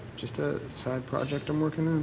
just a side project i'm working